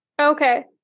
Okay